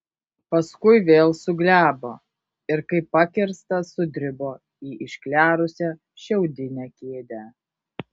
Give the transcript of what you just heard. paskui vėl suglebo ir kaip pakirstas sudribo į išklerusią šiaudinę kėdę